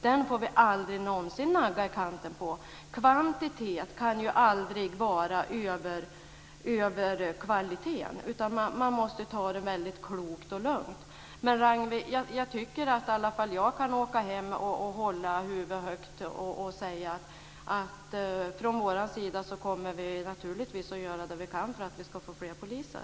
Den får vi aldrig nagga i kanten. Kvantitet kan aldrig stå över kvalitet. Man måste ta det lugnt och klokt. Jag tycker att jag kan åka hem och hålla huvudet högt och säga att vi från vår sida naturligtvis kommer att göra vad vi kan för att få fler poliser.